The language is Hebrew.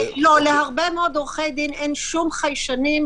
להרבה מאוד עורכי דין אין שום חיישנים,